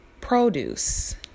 produce